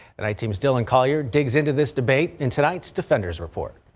and i team's dillon collier digs into this debate in tonight's defenders report.